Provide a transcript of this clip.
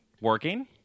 working